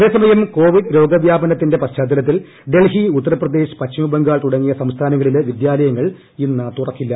അതേസമയം കോവിഡ് രോഗവ്യാപനത്തിന്റെ പശ്ചാത്തലത്തിൽ ഡൽഹി ഉത്തർപ്രദേശ് പശ്ചിമ ബംഗാൾ തുടങ്ങിയ സംസ്ഥാനങ്ങളിലെ വിദ്യാലയങ്ങൾ ഇന്ന് തുറക്കില്ല